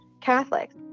Catholics